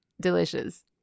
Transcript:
Delicious